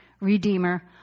redeemer